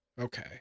Okay